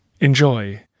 enjoy